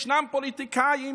ישנם פוליטיקאים,